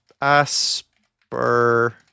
Asper